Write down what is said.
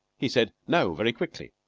he said no very quickly.